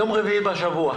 יום רביעי בשבוע,